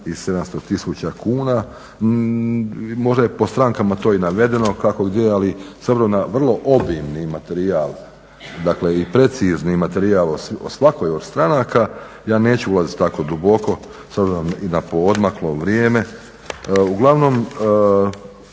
Hvala i vama.